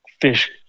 fish